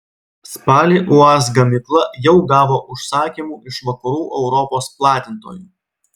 spalį uaz gamykla jau gavo užsakymų iš vakarų europos platintojų